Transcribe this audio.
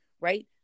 Right